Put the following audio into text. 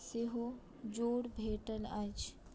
सेहो जोर भेटल अछि